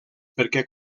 perquè